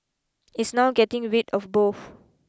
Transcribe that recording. it's now getting rid of both